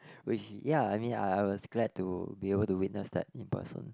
which ya I mean I I was glad to be able to witness that in person